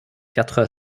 quatre